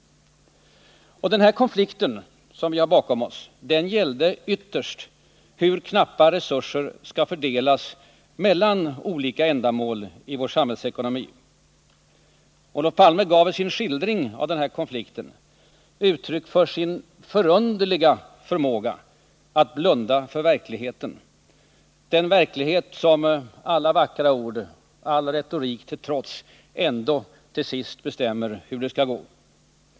Konflikten gällde ytterst hur knappa resurser skall fördelas mellan olika ändamål i vår samhällsekonomi. Olof Palme gav i sin skildring av konflikten uttryck för sin förunderliga förmåga att blunda för verkligheten, den verklighet som alla vackra ord och all retorik till trots ändå till sist bestämmer hur det skall gå.